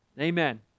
Amen